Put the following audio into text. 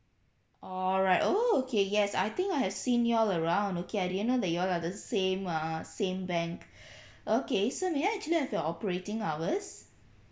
alright oh okay yes I think I have seen you all around okay I didn't know that you all are just same err same bank okay so may I actually have your operating hours